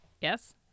Yes